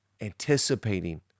anticipating